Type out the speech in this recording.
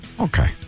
Okay